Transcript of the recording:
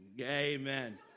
Amen